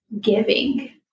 giving